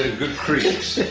good creaks.